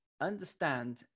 understand